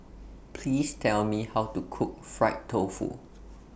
Please Tell Me How to Cook Fried Tofu